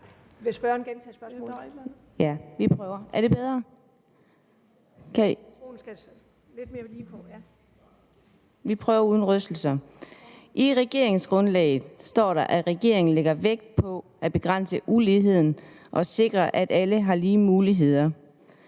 Karina Adsbøl (DF): I regeringsgrundlaget står der, at regeringen lægger vægt på at begrænse uligheden og sikre, at alle har lige muligheder.